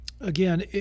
again